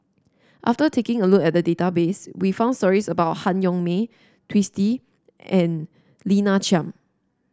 after taking a look at the database we found stories about Han Yong May Twisstii and Lina Chiam